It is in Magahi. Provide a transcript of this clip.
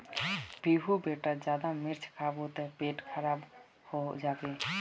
पीहू बेटा ज्यादा मिर्च खाबो ते पेट खराब हों जाबे